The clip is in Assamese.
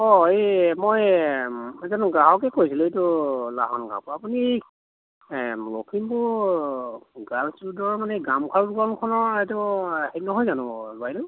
অ' এই মই এজন গ্ৰাহকে কৈছিলোঁ এইটো লাহন গাঁৱৰ পৰা আপুনি লখিমপুৰ গাৰ্লছ ৰোডৰ মানে গামখাৰু দোকানখনৰ এইটো হেৰি নহয় জানো বাইদেউ